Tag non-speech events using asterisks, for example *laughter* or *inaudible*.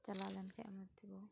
ᱪᱟᱞᱟᱣ ᱞᱮᱱ ᱠᱷᱟᱱᱮᱢ *unintelligible*